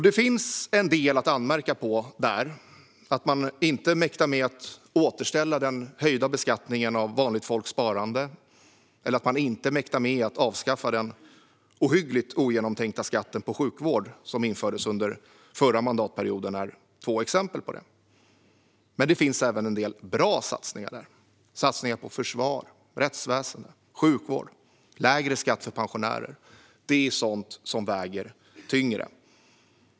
Det finns en del att anmärka på där - att man inte mäktar med att återställa den höjda beskattningen av vanligt folks sparande eller avskaffa den ohyggligt ogenomtänkta skatten på sjukvård som infördes under förra mandatperioden är två exempel på det. Men det finns även en del bra satsningar där. Satsningar på försvar, rättsväsen, sjukvård och lägre skatt för pensionärer är sådant som väger tyngre.